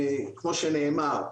כמו שנאמר,